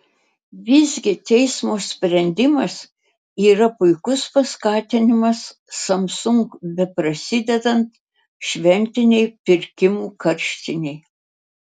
visgi teismo sprendimas yra puikus paskatinimas samsung beprasidedant šventinei pirkimų karštinei